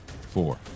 Four